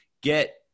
get